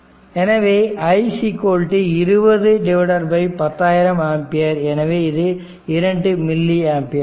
எனவே i 2010000 ampere எனவே இது 2 மில்லி ஆம்பியர் ஆகும்